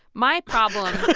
my problem